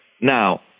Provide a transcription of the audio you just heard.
Now